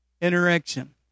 interaction